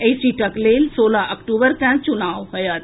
एहि सीटक लेल सोलह अक्टूबर के चुनाव होएत